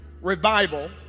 revival